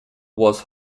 was